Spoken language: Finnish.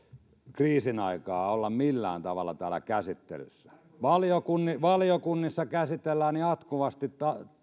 kriisin aikaan olla millään tavalla täällä käsittelyssä valiokunnissa käsitellään jatkuvasti